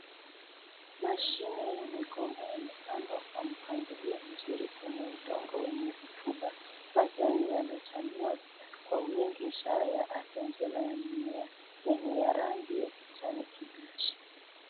Mashina ya migomba yamepandwa kwa mpangilio mzuri kwenye udongo wenye rutuba. Majani yamechanua kwa wingi ishara ya afya njema ya mimea na ni ya rangi ya kijani kibichi.